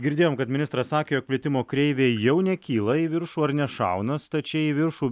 girdėjom kad ministras sakė jog plitimo kreivė jau nekyla į viršų ar nešauna stačiai į viršų